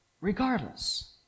regardless